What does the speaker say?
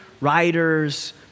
writers